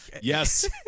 Yes